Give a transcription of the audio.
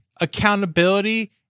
accountability